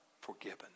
forgiven